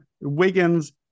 Wiggins